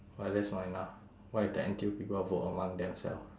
but that's not enough what if the N_T_U people vote among themselves